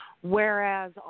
Whereas